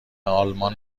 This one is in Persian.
آلمان